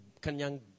kanyang